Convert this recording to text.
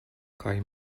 kaj